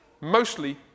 Mostly